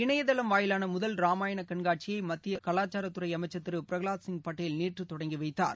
இணையதளம் வாயிலானமுதல் ராமாயணகண்காட்சியைமத்தியகலாச்சாரத்துறைஅமைச்சர் திருபிரகலாத்சிங் பட்டேல் நேற்றுதொடங்கிவைத்தார்